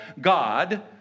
God